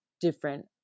different